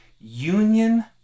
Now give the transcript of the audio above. union